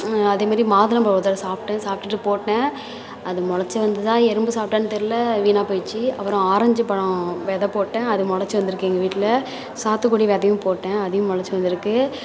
அதே மாரி மாதுளை பழம் ஒரு தடவை சாப்பிட்டேன் சாப்பிடுட்டு போட்டேன் அது மொளச்சு வந்துதா எறும்பு சாப்பிட்டான்னு தெரியிலை வீணாப்போயிடுச்சி அப்புறம் ஆரஞ்சு பழம் வெதை போட்டேன் அது மொளச்சு வந்துருக்குது எங்கள் வீட்டில் சாத்துக்குடி விதையும் போட்டேன் அதையும் மொளச்சு வந்துருக்குது